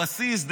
הבסיס,